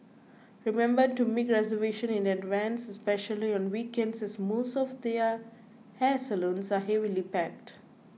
remember to make reservation in advance especially on weekends as most of the uh hair salons are heavily packed